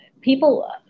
people